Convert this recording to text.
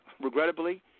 Regrettably